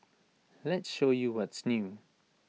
let's show you what's new